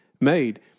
made